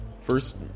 First